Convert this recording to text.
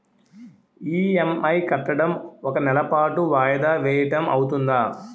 EMI కట్టడం ఒక నెల పాటు వాయిదా వేయటం అవ్తుందా?